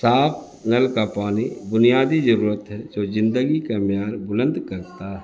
صاف نل کا پانی بنیادی ضرورت ہے جو زندگی کا معیار بلند کرتا ہے